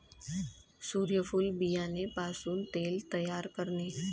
सूर्यफूल बियाणे पासून तेल तयार करणे